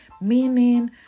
meaning